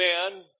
amen